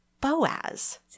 Boaz